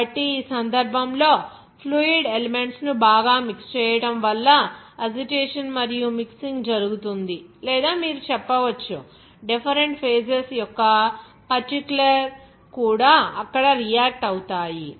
కాబట్టి ఈ సందర్భంలో ఫ్లూయిడ్ ఎలెమెంట్స్ ను బాగా మిక్స్ చేయడం వల్ల అజిటేషన్ మరియు మిక్సింగ్ జరుగుతుంది లేదా మీరు చెప్పవచ్చు డిఫరెంట్ ఫేజెస్ యొక్క పర్టిక్యులర్ కూడా అక్కడ రియాక్ట్ అవుతాయి